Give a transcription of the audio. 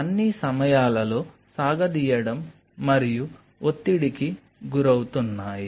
అన్ని సమయాలలో సాగదీయడం మరియు ఒత్తిడికి గురవుతున్నాయి